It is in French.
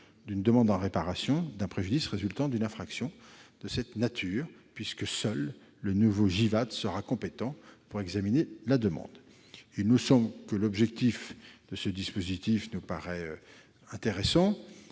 d'une demande en réparation d'un préjudice résultant d'une infraction de cette nature, puisque seul le nouveau JIVAT serait compétent pour examiner les demandes. Ce dispositif, par ses objectifs, nous paraît intéressant